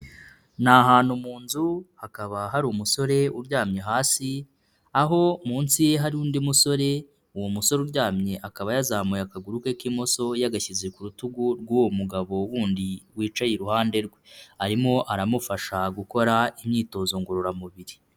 Ni ahantu mu nzu, hakaba hari umusore uryamye hasi, aho munsi ye hari undi musore, uwo musore uryamye akaba yazamuye akaguru ke k'imoso yagashyize ku rutugu rw'uwo mugabo wundi wicaye iruhande rwe. Arimo aramufasha gukora imyitozo ngororamubiri.